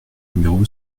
numéro